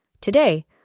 Today